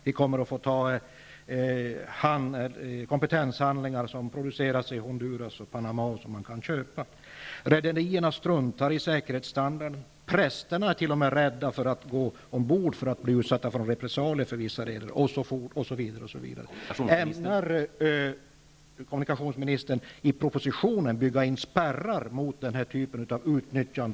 Vi kommer att stöta på kompetenshandlingar som är producerade i Honduras och Panama, som man kan köpa. prästerna är rädda för att gå ombord, för att de kan bli utsatta för repressalier från vissa rederier, osv.